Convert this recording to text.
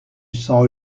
sang